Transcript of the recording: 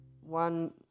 one